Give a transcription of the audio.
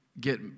get